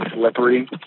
slippery